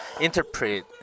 interpret